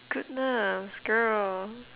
goodness girl